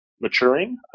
maturing